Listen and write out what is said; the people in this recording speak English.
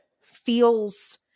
feels